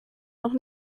noch